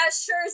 sure